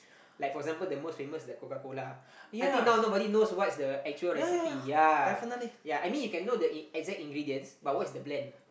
like for example the most famous like Coca-Cola I think now nobody knows what's the actual recipe ya ya I mean you can know the in~ exact ingredients but what's the plan